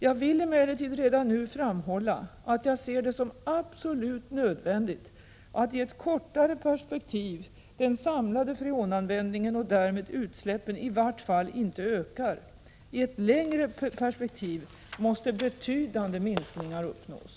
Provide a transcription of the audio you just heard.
Jag vill emellertid redan nu framhålla att jag ser det som absolut nödvändigt i ett kortare perspektiv att den samlade freonanvändningen och därmed utsläppen i vart fall inte ökar. I ett längre perspektiv måste betydande minskningar uppnås.